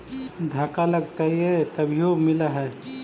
धक्का लगतय तभीयो मिल है?